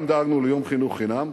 גם דאגנו ליום חינוך חינם,